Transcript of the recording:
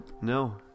No